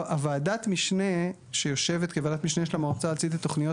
ועדת המשנה שיושבת כוועדת משנה של המועצה הארצית לתכניות